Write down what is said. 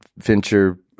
Fincher